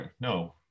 no